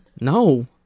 no